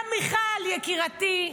גם מיכל יקירתי,